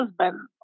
husband